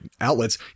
outlets